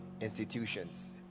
institutions